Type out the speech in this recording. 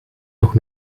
nog